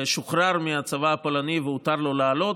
שוחרר מהצבא הפולני, והותר לו לעלות.